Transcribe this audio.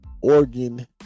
Oregon